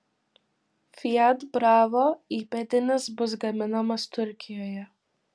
fiat bravo įpėdinis bus gaminamas turkijoje